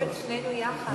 לשבת שנינו יחד.